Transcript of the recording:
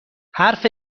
حرف